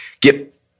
get